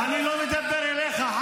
אני לא מדבר אליך.